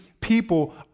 people